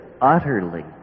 utterly